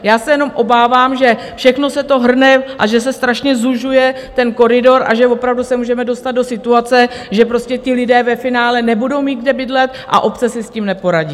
Já se jenom obávám, že všechno se to hrne a že se strašně zužuje ten koridor a že opravdu se můžeme dostat do situace, že ti lidé ve finále nebudou mít kde bydlet, a obce si s tím neporadí.